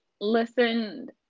listened